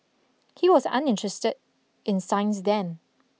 he was uninterested in science then